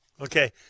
Okay